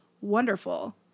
Wonderful